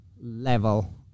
level